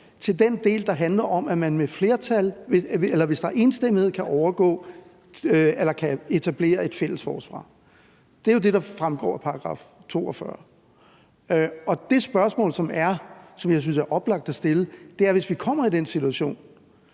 til den del, der handler om, at man, hvis der er enstemmighed, kan etablere et fælles forsvar. Det er jo det, der fremgår af artikel 42. Og det spørgsmål, som jeg synes er oplagt at stille, er: Hvis vi kommer i den situation